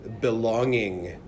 belonging